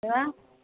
ஆ